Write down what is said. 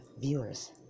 viewers